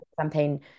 campaign